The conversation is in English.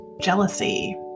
jealousy